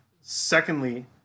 secondly